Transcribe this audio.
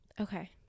Okay